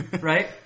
Right